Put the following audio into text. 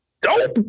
dope